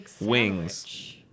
wings